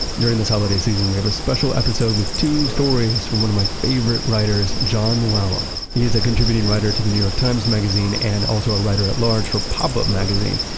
during this holiday season, we have a special episode with two stories from one of my favorite writers, jon mooallem. he is a contributing writer to the new york times magazine and also a writer-at-large for pop-up magazine,